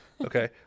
Okay